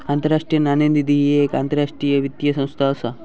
आंतरराष्ट्रीय नाणेनिधी ही येक आंतरराष्ट्रीय वित्तीय संस्था असा